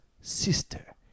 sister